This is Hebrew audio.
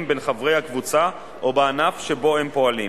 בין חברי הקבוצה או בענף שבו הם פועלים